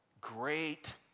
Great